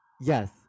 Yes